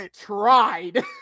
tried